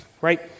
right